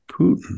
Putin